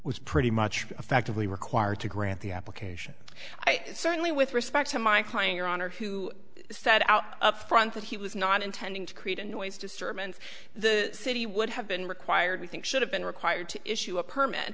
was pretty much a factor we required to grant the application i certainly with respect to my client your honor who said out up front that he was not intending to create a noise disturbance the city would have been required we think should have been required to issue a permit